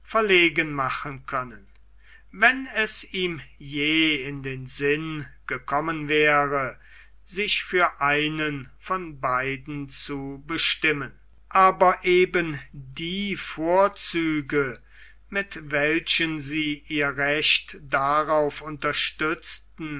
verlegen machen können wenn es ihm je in den sinn gekommen wäre sich für einen von beiden zu bestimmen aber eben die vorzüge mit welchen sie ihr recht darauf unterstützten